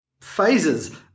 phases